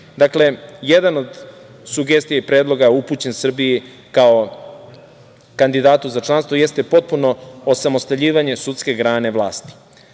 Srbije. Dakle, jedan od sugestija i predloga upućen Srbiji kao kandidatu za članstvo, jeste potpuno osamostaljivanje sudske grane vlasti.